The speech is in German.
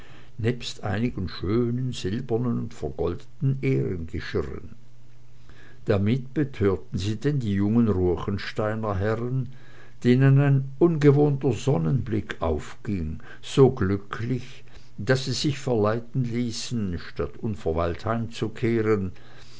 nebst einigen schönen silbernen und vergoldeten ehrengeschirren damit betörten sie denn die jungen ruechensteiner herren denen ein ungewohnter sonnenblick aufging so glücklich daß sie sich verleiten ließen statt unverweilt heimzukehren